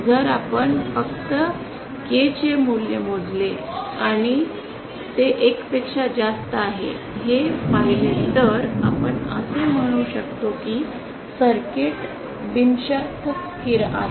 जर आपण फक्त के चे मूल्य मोजले आणि ते १ पेक्षा जास्त आहे हे पाहिले तर आपण असे म्हणू शकतो की सर्किट बिनशर्त स्थिर आहे